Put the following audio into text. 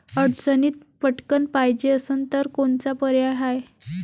अडचणीत पटकण पायजे असन तर कोनचा पर्याय हाय?